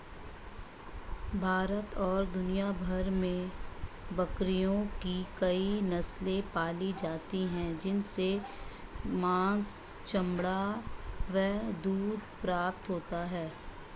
भारत और दुनिया भर में बकरियों की कई नस्ले पाली जाती हैं जिनसे मांस, चमड़ा व दूध प्राप्त होता है